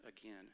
again